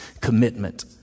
commitment